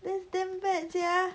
that's damn bad sia